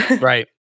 Right